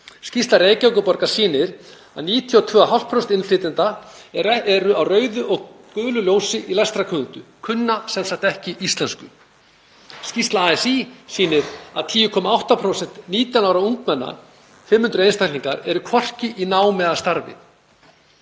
Skýrsla Reykjavíkurborgar sýnir að 92,5% innflytjenda eru á rauðu og gulu ljósi í lestrarkunnáttu, kunna sem sagt ekki íslensku. Skýrsla ASÍ sýnir að 10,8% 19 ára ungmenna, 500 einstaklingar, eru hvorki í námi né starfi.